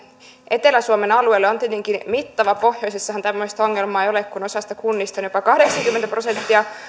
etelä suomen alueelle on tietenkin mittava pohjoisessahan tämmöistä ongelmaa ei ole kun osassa kunnista on jopa kahdeksankymmentä prosenttia